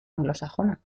anglosajona